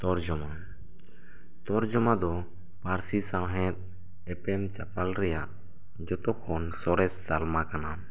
ᱛᱚᱨᱡᱚᱢᱟ ᱛᱚᱨᱡᱚᱢᱟ ᱫᱚ ᱯᱟᱹᱨᱥᱤ ᱥᱟᱶᱦᱮᱫ ᱮᱯᱮᱢ ᱪᱟᱯᱟᱞ ᱨᱮᱭᱟᱜ ᱡᱚᱛᱚ ᱠᱷᱚᱱ ᱥᱚᱨᱮᱥ ᱛᱟᱞᱢᱟ ᱠᱟᱱᱟ